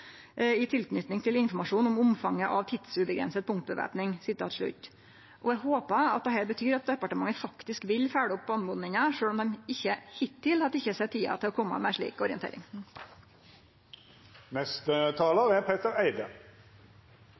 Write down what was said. i tilknytning til informasjon om omfanget av tidsubegrenset punktbevæpning». Eg håpar at dette betyr at departementet faktisk vil følgje opp oppmodinga, sjølv om dei ikkje hittil har teke seg tid til å kome med ei slik orientering. Vi i SV er